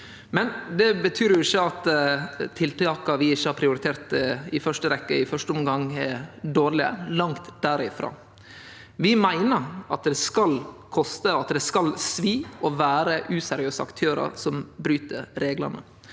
Det betyr ikkje at tiltaka vi ikkje har prioritert i første rekke eller i første omgang, er dårlege – langt derifrå. Vi meiner at det skal koste, at det skal svi, å vere ein useriøs aktør som bryt reglane.